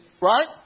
right